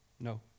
No